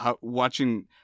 watching